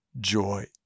joy